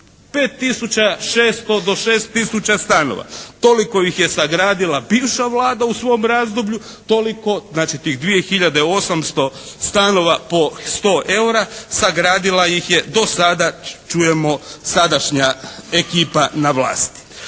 5600 do 6000 stanova. Toliko ih je sagradila bivša Vlada u svom razdoblju, toliko, znači tih 2800 stanova po 100 eura sagradila ih je do sada čujemo sadašnja ekipa na vlasti.